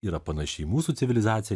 yra panaši į mūsų civilizaciją